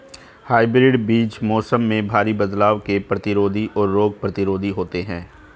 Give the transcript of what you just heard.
hybrid बीज मौसम में भारी बदलाव के प्रतिरोधी और रोग प्रतिरोधी होते हैं